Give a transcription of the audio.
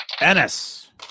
Ennis